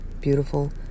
beautiful